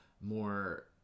more